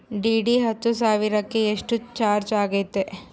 DD ಹತ್ತು ಸಾವಿರಕ್ಕೆ ಎಷ್ಟು ಚಾಜ್೯ ಆಗತ್ತೆ?